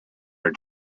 are